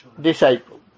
disciple